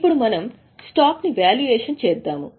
ఇప్పుడు మనం స్టాక్ ని వాల్యుయేషన్ చేద్దాము